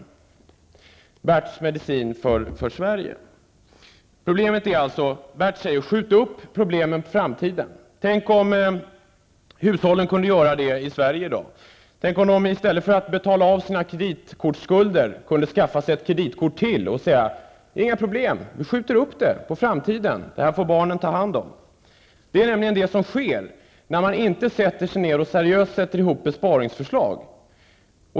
Det är Bert Karlssons medicin för Sverige. Han säger alltså: Skjut problemen på framtiden! Tänk om hushållen i Sverige i dag kunde göra det! Tänk om de i stället för att betala av sina kreditkortsskulder kunde skaffa sig ett kreditkort till och säga: Det är inget problem! Vi skjuter upp skulden på framtiden. Det här får barnen ta hand om. Detta är sådant som sker när man inte seriöst sätter ihop ett besparingsförslag.